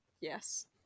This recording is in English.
yes